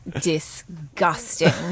disgusting